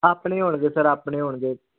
ਆਪਣੇ ਹੋਣਗੇ ਸਰ ਆਪਣੇ ਹੋਣਗੇ